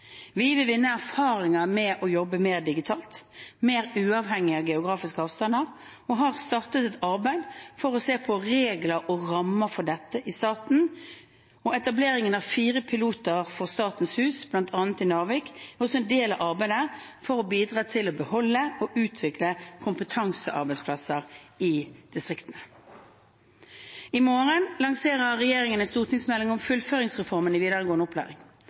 Vi vil vinne erfaringer med å jobbe mer digitalt, mer uavhengig av geografiske avstander og har startet et arbeid for å se på regler og rammer for dette i staten. Etableringen av fire piloter for Statens hus, bl.a i Narvik, er også en del av arbeidet for å bidra til å beholde og utvikle kompetansearbeidsplasser i distriktene. I morgen lanserer regjeringen en stortingsmelding om fullføringsreformen i videregående opplæring.